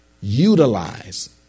utilize